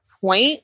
point